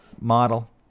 model